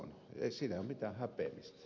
ei siinä ole mitään häpeämistä